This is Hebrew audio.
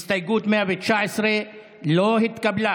הסתייגות 119 לא התקבלה.